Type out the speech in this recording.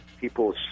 people